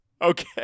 Okay